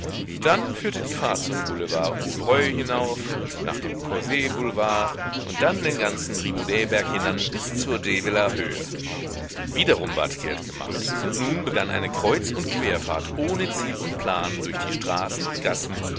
dann führte die fahrt zum boulevard bouvreuil hinauf nach dem causer boulevard und dann den ganzen riboudet berg hinan bis zur deviller höhe wiederum ward kehrt gemacht und nun begann eine kreuz und querfahrt ohne ziel und plan durch die straßen und gassen